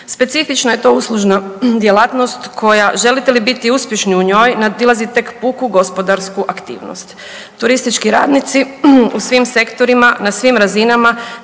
Specifična je to uslužna djelatnost koja želite li biti uspješni u njoj nadilazi tek puku gospodarsku aktivnost. Turistički radnici u svim sektorima na svim razinama,